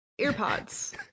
earpods